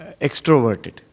extroverted